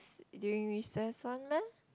during recess one leh